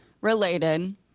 related